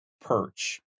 perch